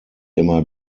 immer